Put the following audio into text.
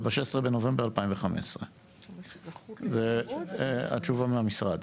וב-16 בנובמבר 2015. זה התשובה מהמשרד,